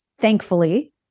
thankfully